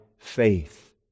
Faith